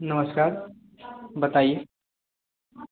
नमस्कार बताइये